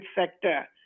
sector